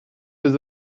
deux